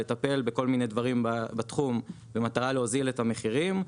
לטפל בכל מיני דברים בתחום במטרה להוזיל את המחירים,